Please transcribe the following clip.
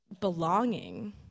belonging